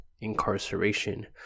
incarceration